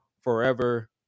forever